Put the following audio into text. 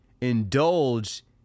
indulge